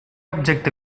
objecte